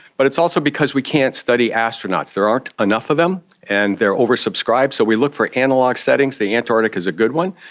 but it's also because we can't study astronauts, there aren't enough of them and they are oversubscribed, so we look for analogue settings, the antarctic is a good one.